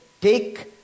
take